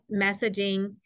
messaging